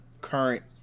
current